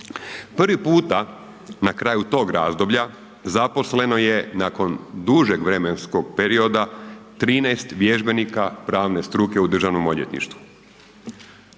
Prvi puta na kraju tog razdoblja zaposleno je nakon dužeg vremenskog perioda 13 vježbenika pravne struke u državnom odvjetništvu.